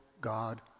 God